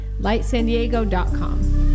lightsandiego.com